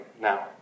now